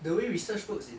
the way research works is